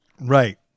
Right